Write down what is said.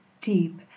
deep